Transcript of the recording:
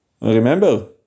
Remember